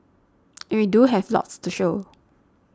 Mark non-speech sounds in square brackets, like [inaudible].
[noise] and we do have lots to show